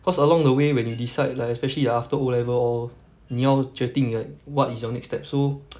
cause along the way when you decide like especially after O level or 你要决定 like what is your next step so